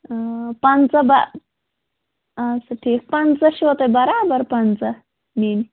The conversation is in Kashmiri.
آ پَنٛژاہ بہ اَدٕ سا ٹھیٖک پَنٛژاہ چھُوا تۄہہِ برابر پَنٛژاہ نِنۍ